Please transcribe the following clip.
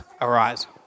arise